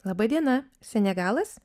laba diena senegalas